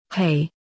Hey